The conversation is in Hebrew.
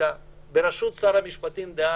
לחקיקה התכנסה בראשותו של שר המשפטים דאז,